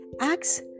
acts